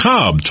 Cobb